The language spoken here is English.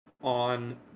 on